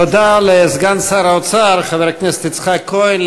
תודה לסגן שר האוצר חבר הכנסת יצחק כהן.